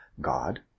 God